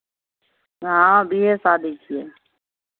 हँ बिआहे शादी छियै